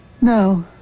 No